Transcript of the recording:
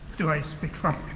do i speak from